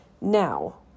Now